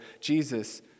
Jesus